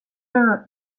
nola